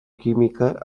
química